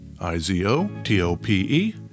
I-Z-O-T-O-P-E